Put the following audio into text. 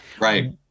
Right